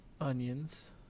onions